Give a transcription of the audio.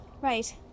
Right